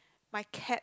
my cat